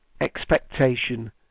expectation